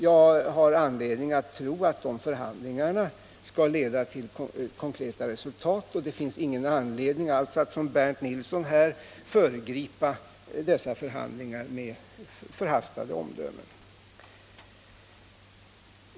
Jag har anledning att tro att de förhandlingarna skall leda till konkreta resultat, och det finns alltså ingen anledning att, som Bernt Nilsson gör, föregripa förhandlingarna med förhastade omdömen.